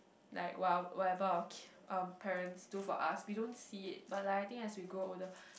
like what whatever our ki~ our parents do for us we don't see it but like I think as we grow older